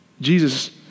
Jesus